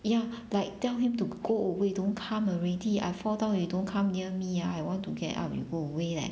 ya like tell him to go away don't come already I fall down you don't come near me ah I want to get up you go away leh